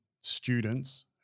students